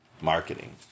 Marketing